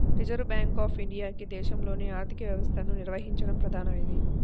reserve bank of ఇండియాకి దేశంలోని ఆర్థిక వ్యవస్థను నిర్వహించడం ప్రధాన విధి